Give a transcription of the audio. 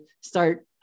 start